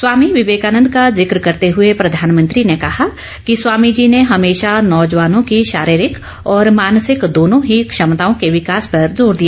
स्वामी विवेकानंद का जिक्र करते हुए प्रधानमंत्री ने कहा कि स्वामीजी ने हमेशा नौजेवानों की शारीरिक और मानसिक दोनों ही क्षमताओं के विकास पर जोर दिया